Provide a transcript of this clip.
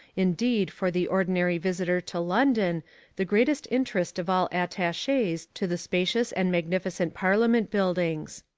indeed for the ordinary visitor to london the greatest interest of all attaches to the spacious and magnificent parliament buildings.